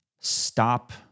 Stop